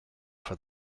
for